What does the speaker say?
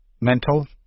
mental